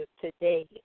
today